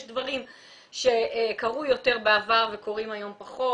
יש דברים שקרו יותר בעבר וקורים היום פחות,